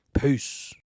Peace